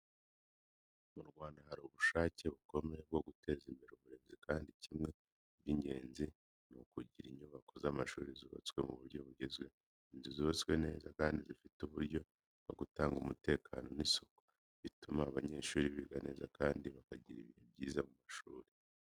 Mu Rwanda, hari ubushake bukomeye bwo guteza imbere uburezi, kandi kimwe mu by’ingenzi ni ukugira inyubako z’amashuri zubatswe mu buryo bugezweho. Inzu zubatswe neza kandi zifite uburyo bwo gutanga umutekano n’isuku, bituma abanyeshuri biga neza kandi bakagira ibihe byiza mu ishuri.